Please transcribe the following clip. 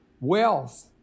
wealth